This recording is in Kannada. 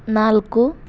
ನಾಲ್ಕು